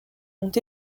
ont